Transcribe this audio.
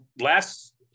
last